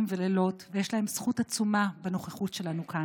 ולילות ויש להם זכות עצומה בנוכחות שלנו כאן.